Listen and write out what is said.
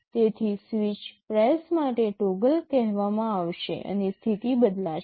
તેથી દરેક switch press માટે ટોગલ કહેવામાં આવશે અને સ્થિતિ બદલાશે